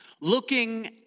Looking